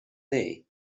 day